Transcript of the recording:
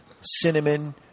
cinnamon